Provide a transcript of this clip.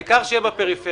העיקר שיהיה בפריפריה,